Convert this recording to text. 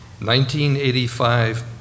1985